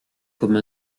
comme